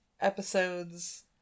episodes